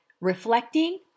Reflecting